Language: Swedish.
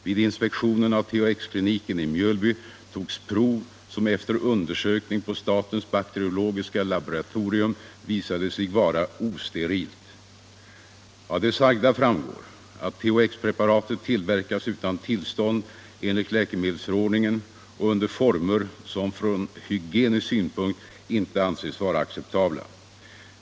Vid inspektionen av THX-kliniken i Mjölby togs prov som efter undersökning på statens bakteriologiska laboratorium visade sig vara osterilt. Av det sagda framgår att THX-preparatet tillverkas utan tillstånd enligt läkemedelsförordningen och under former som från hygienisk synpunkt inte anses vara acceptabla.